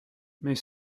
mais